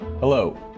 Hello